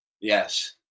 Yes